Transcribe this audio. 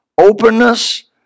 openness